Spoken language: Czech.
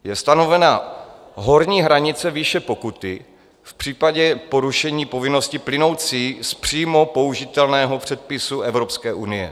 Je stanovena horní hranice výše pokuty v případě porušení povinnosti plynoucí z přímo použitelného předpisu Evropské unie.